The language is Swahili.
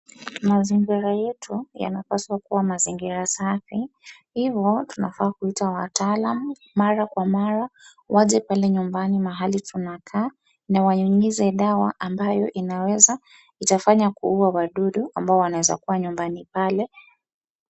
Mazingira yetu yanapaswa kuwa mazingira safi hivyo tunafaa kuita wataalam mara kwa mara waje pale nyumbani mahali tunakaa na wahimize dawa ambayo inaweza, itafanya kuua wadudu ambao wanaeza kuwa nyumbani pale.